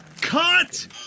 Cut